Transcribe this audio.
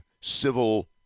civil